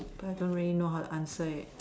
but I don't really know how to answer it